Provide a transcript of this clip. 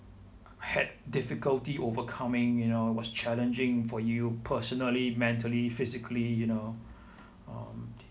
had difficulty overcoming you know what's challenging for you personally mentally physically you know um